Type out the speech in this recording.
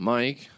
Mike